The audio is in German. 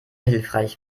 hilfreich